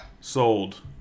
Sold